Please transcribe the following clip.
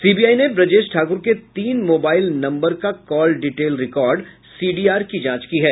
CBI ने ब्रजेश ठाकुर के तीन मोबाईल नम्बरों का कॉल डीटेल रिकॉर्ड सीडीआर की जांच की है